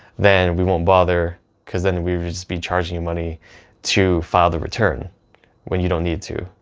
then we won't bother because then we would just be charging you money to file the return when you don't need to.